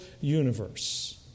universe